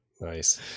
Nice